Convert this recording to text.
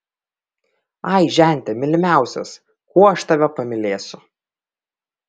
ai žente mylimiausias kuo aš tave pamylėsiu